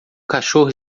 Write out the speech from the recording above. cachorro